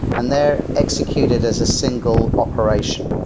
and they're executed as a single operation.